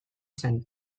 zen